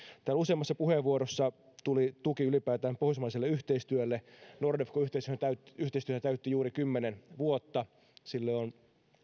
täällä useammassa puheenvuorossa tuli tuki ylipäätään pohjoismaiselle yhteistyölle nordefco yhteistyöhän täytti juuri kymmenen vuotta sille on